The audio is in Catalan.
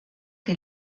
que